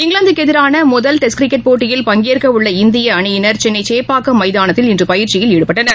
இங்கிலாந்துக்குஎதிரானமுதல் test போட்டியில் பங்கேற்கவுள்ள இந்தியஅணியினர் சென்னைசேப்பாக்கம் மைதானத்தில் இன்றுபயிற்சியில் ஈடுபட்டனர்